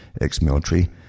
ex-military